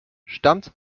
stammt